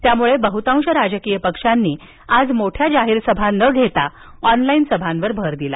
त्यामुळे बहुतांश राजकीय पक्षांनी आज मोठ्या जाहीर सभा न घेता ऑनलाईन सभांवर भर दिला